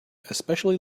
especially